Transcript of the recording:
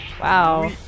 wow